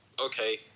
okay